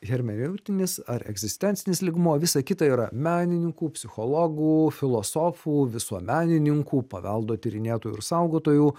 hermeneutinis ar egzistencinis lygmuo visa kita yra menininkų psichologų filosofų visuomenininkų paveldo tyrinėtojų ir saugotojų